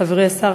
חברי השר,